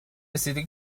رسیده